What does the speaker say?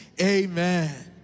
Amen